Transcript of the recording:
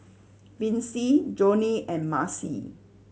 Vince Jonnie and Maci